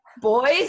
boys